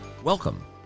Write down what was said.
Welcome